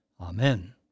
Amen